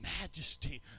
majesty